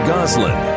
Goslin